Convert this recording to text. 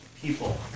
people